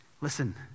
Listen